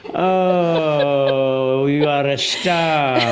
oh. you are a so